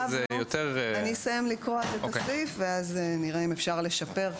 אני אסיים לקרוא ואז נראה אם אפשר לשפר.